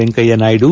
Venkaiah Naidu